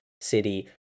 City